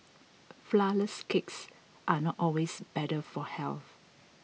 Flourless Cakes are not always better for health